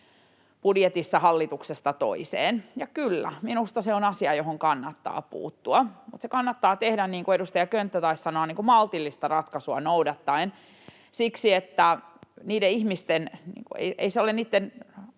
budjetissa hallituksesta toiseen. Ja kyllä, minusta se on asia johon kannattaa puuttua, mutta se kannattaa tehdä, niin kuin edustaja Könttä taisi sanoa, maltillista ratkaisua noudattaen — siksi, että ei se ole niitten